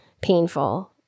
painful